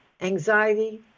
anxiety